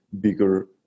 bigger